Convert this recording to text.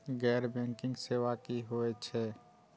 गैर बैंकिंग सेवा की होय छेय?